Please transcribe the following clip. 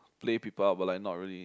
play people ah but like not really